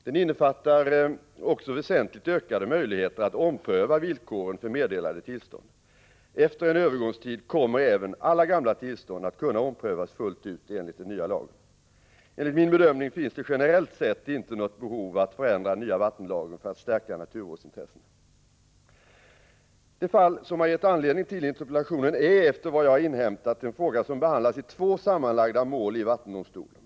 Den innefattar också väsentligt ökade möjligheter att ompröva villkoren för meddelade tillstånd. Efter en övergångstid kommer även alla gamla tillstånd att kunna omprövas fullt ut enligt den nya lagen. Enligt min bedömning finns det generellt sett inte något behov att förändra den nya vattenlagen för att stärka naturvårdsintressena. Det fall som har gett anledning till interpellationen är — efter vad jag har inhämtat — en fråga som behandlas i två sammanslagna mål i vattendomstolen.